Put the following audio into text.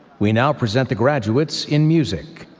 we now present the graduates in music.